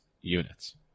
units